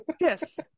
yes